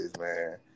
man